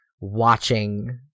watching